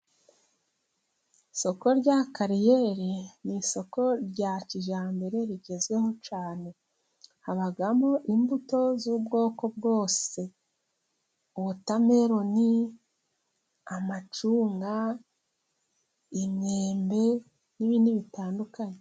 Isoko rya kariyeri，ni isoko rya kijyambere rigezweho cyane. Habamo imbuto z'ubwoko bwose，wotameroni，amacunga， imyembe， n'ibindi bitandukanye.